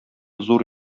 зур